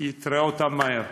תראה אותן מהר.